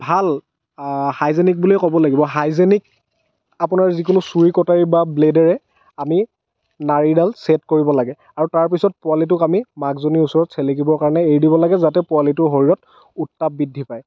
ভাল হাইজেনিক বুলিয়ে ক'ব লাগিব হাইজেনিক আপোনাৰ যিকোনো চুৰি কটাৰী বা ব্লেডেৰে আমি নাড়ীডাল ছেদ কৰিব লাগে আৰু তাৰ পিছত পোৱালিটোক আমি মাকজনীৰ ওচৰত চেলেকিবৰ কাৰণে এৰি দিব লাগে যাতে পোৱালিটোৰ শৰীৰত উত্তাপ বৃদ্ধি পায়